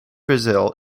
brazil